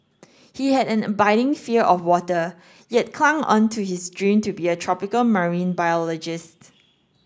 he had an abiding fear of water yet clung on to his dream to be a tropical marine biologist